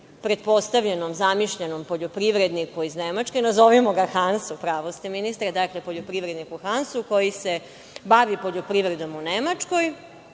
pretpostavljenom, zamišljenom poljoprivredniku iz Nemačke, nazovimo ga Hans, upravu ste ministre, dakle, poljoprivredniku Hansu koji se bavi poljoprivredom u Nemačkoj,